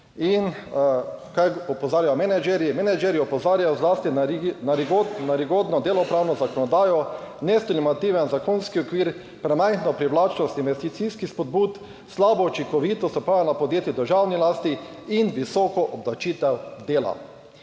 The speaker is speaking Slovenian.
Kaj opozarjajo menedžerji? Menedžerji opozarjajo zlasti na rigidno delovnopravno zakonodajo, nestimulativen zakonski okvir, premajhno privlačnost investicijskih spodbud, slabo učinkovitost upravljanja podjetij v državni lasti in visoko obdavčitev dela.